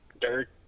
Dirt